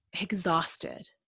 exhausted